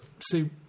see